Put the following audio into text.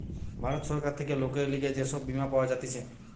ভারত সরকার থেকে লোকের লিগে যে সব বীমা পাওয়া যাতিছে